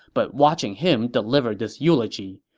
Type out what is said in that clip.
but watching him deliver this eulogy,